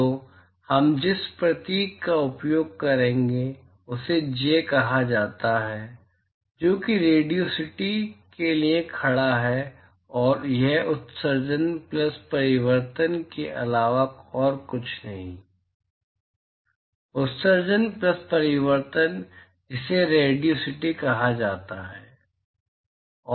तो हम जिस प्रतीक का उपयोग करेंगे उसे J कहा जाता है जो कि रेडियोसिटी के लिए खड़ा है और यह उत्सर्जन प्लस परावर्तन के अलावा और कुछ नहीं है उत्सर्जन प्लस परावर्तन जिसे रेडियोसिटी कहा जाता है